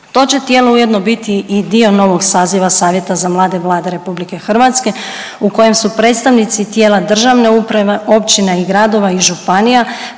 To će tijelo ujedno biti i dio novog saziva Savjeta za mlade Vlade RH u kojem su predstavnici tijela državne uprave, općina i gradova i županija,